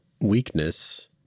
weakness